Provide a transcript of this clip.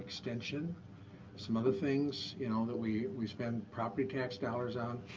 extension some other things you know that we we spend property tax dollars on.